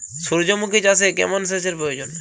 সূর্যমুখি চাষে কেমন সেচের প্রয়োজন?